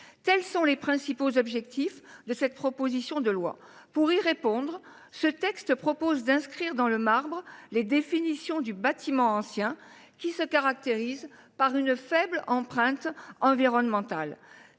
Tels sont les principaux objectifs de cette proposition de loi. Pour y répondre, ce texte propose d’inscrire dans le marbre la définition de bâtiment ancien, qui se caractérise par une faible empreinte environnementale.